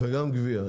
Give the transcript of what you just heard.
וגם גבייה.